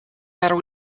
matter